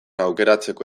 aukeratzeko